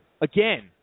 Again